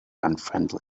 unfriendly